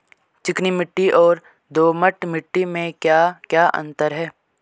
चिकनी मिट्टी और दोमट मिट्टी में क्या क्या अंतर है?